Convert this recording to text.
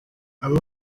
aba